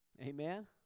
Amen